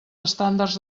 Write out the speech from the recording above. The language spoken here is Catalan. estàndards